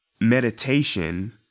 Meditation